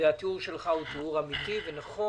והתיאור שלך הוא תיאור אמיתי ונכון,